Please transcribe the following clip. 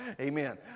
Amen